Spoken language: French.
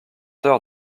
heures